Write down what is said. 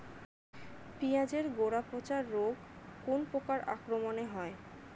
পিঁয়াজ এর গড়া পচা রোগ কোন পোকার আক্রমনে হয়?